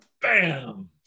bam